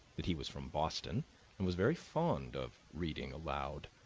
that he was from boston and was very fond of reading aloud.